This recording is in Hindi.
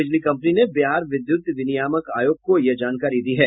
बिजली कंपनी ने बिहार विद्युत विनियामक आयोग को यह जानकारी दी है